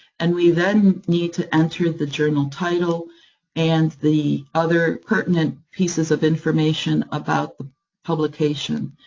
and we then need to enter the journal title and the other pertinent pieces of information about the publication.